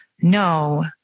no